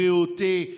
בריאותי.